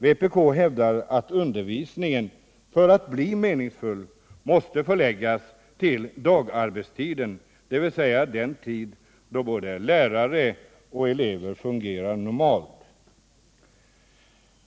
Vpk hävdar att undervisningen — för att bli meningsfull — måste förläggas till dagarbetstiden, dvs. den tid då både lärare och elever fungerar normalt.